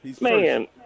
man